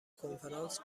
کنفرانس